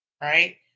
Right